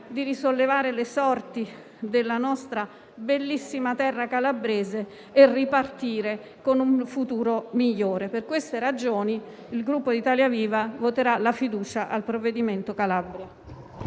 di risollevare le sorti della nostra bellissima terra calabrese, per ripartire con un futuro migliore. Per queste ragioni, il Gruppo Italia Viva voterà la fiducia sul decreto-legge Calabria.